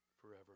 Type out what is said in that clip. forever